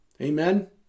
amen